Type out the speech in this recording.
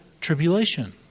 tribulation